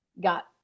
got